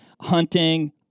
hunting